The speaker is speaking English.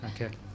okay